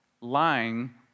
lying